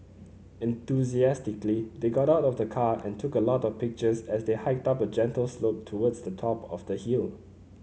enthusiastically they got out of the car and took a lot of pictures as they hiked up a gentle slope towards the top of the hill